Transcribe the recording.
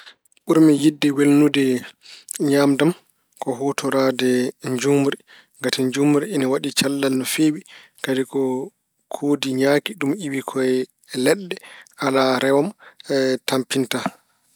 Ɓurmi yiɗde welnude ñaamde am ko huutoraade njuumri ngati njuumri ina waɗi cellal no feewi. Kadi ko kuuwdi ñaaki, ɗum iwi ko leɗɗe. Alaa rewam, tampinta.